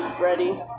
ready